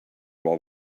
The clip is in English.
while